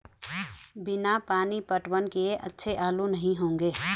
बिना पानी पटवन किए अच्छे आलू नही होंगे